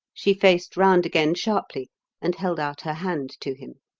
she faced round again sharply and held out her hand to him.